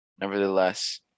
Nevertheless